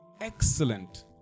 excellent